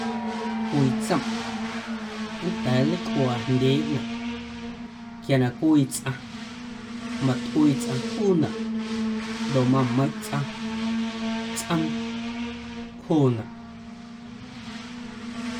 Cwii tsomꞌ nnda̱a̱ nleicꞌuaa jndyeeꞌnaꞌ quia na cwii tsꞌaⁿ matꞌuii tsꞌaⁿ juunaꞌ ndoꞌ mameiⁿꞌ tsꞌaⁿ tsꞌoom juunaꞌ.